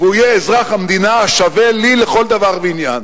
והוא יהיה אזרח המדינה השווה לי לכל דבר ועניין.